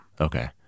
Okay